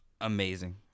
amazing